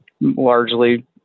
largely